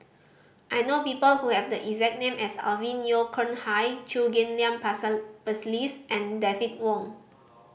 I know people who have the exact name as Alvin Yeo Khirn Hai Chew Ghim Lian Phyllis and David Wong